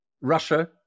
Russia